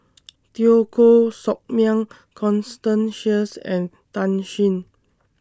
Teo Koh Sock Miang Constance Sheares and Tan Shen